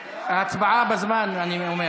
אבטלה למתמחים), התשפ"ב 2021,